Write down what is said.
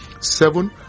Seven